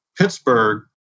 Pittsburgh